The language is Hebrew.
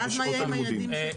זה בשעות הלימודים.